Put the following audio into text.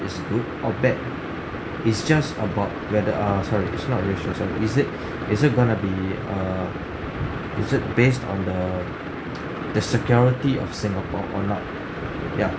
is good or bad it's just about whether err sorry it's not racial sorry is it is it going to be err is it based on the the security of singapore or not ya